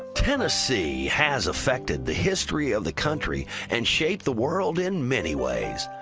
tennessee has affected the history of the country and shaped the world in many ways.